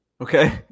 okay